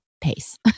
pace